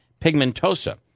pigmentosa